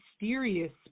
mysterious